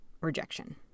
rejection